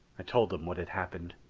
i told them what had happened.